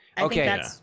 Okay